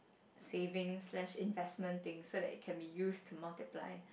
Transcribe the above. savings slash investment thing so it can be used to multiply